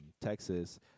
Texas